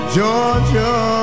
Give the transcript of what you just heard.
Georgia